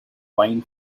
wine